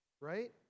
right